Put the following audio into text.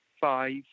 five